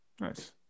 Nice